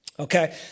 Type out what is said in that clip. Okay